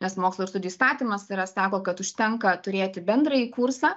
nes mokslo ir studijų įstatymas yra sako kad užtenka turėti bendrąjį kursą